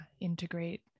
integrate